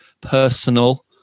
personal